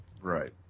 Right